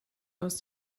most